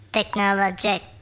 Technologic